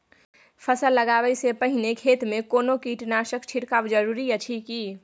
फसल लगबै से पहिने खेत मे कोनो कीटनासक छिरकाव जरूरी अछि की?